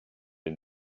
une